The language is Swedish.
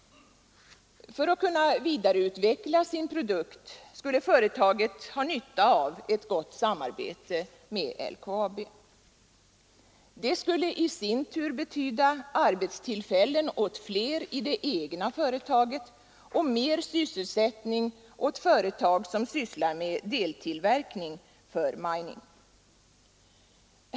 För att kunna vidareutveckla sin produkt skulle företaget ha nytta av ett samarbete med LKAB. Det skulle i sin tur betyda arbetstillfällen åt fler i det egna företaget och mer sysselsättning åt företag som sysslar med deltillverkning för Mining Transportation Co.